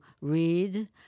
read